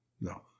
no